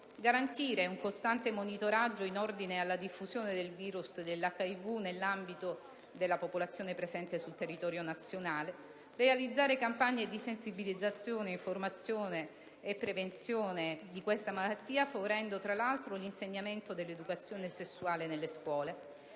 garantire un costante monitoraggio in ordine alla diffusione del virus dell'HIV nell'ambito della popolazione presente sul territorio nazionale; realizzare campagne di sensibilizzazione, informazione e prevenzione di questa malattia, favorendo, tra l'altro, l'insegnamento dell'educazione sessuale nelle scuole;